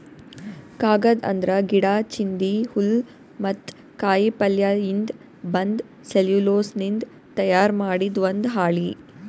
ಕಾಗದ್ ಅಂದ್ರ ಗಿಡಾ, ಚಿಂದಿ, ಹುಲ್ಲ್ ಮತ್ತ್ ಕಾಯಿಪಲ್ಯಯಿಂದ್ ಬಂದ್ ಸೆಲ್ಯುಲೋಸ್ನಿಂದ್ ತಯಾರ್ ಮಾಡಿದ್ ಒಂದ್ ಹಾಳಿ